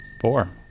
Four